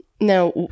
now